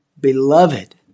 beloved